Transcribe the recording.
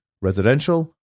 residential